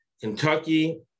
Kentucky